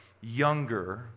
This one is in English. younger